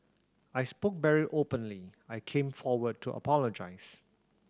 I spoke very openly I came forward to apologise